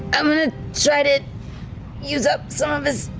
i'm going to try to use up some of his.